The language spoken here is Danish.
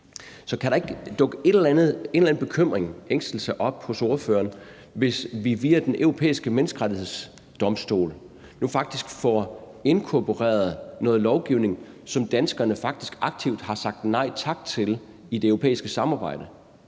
Kan der ikke dukke en eller anden bekymring eller ængstelse op hos ordføreren, hvis vi via Den Europæiske Menneskerettighedsdomstol nu får inkorporeret noget lovgivning, som danskerne faktisk aktivt har sagt nej tak til i det europæiske samarbejde,